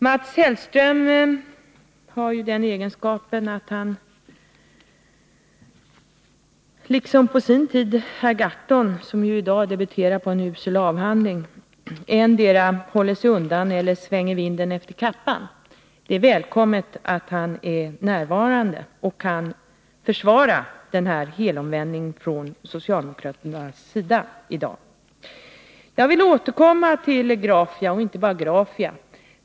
Mats Hellström har den egenskapen att han, liksom på sin tid herr Gahrton som ju i dag disputerar på en usel avhandling, endera håller sig undan eller vänder kappan efter vinden. Det är välkommet att Mats Hellström är närvarande i dag och kan försvara denna helomvändning från socialdemokraternas sida. Jag återkommer till Grafia, och inte bara till Grafia.